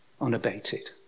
unabated